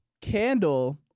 candle